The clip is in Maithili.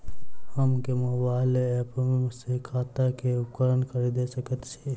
हम केँ मोबाइल ऐप सँ खेती केँ उपकरण खरीदै सकैत छी?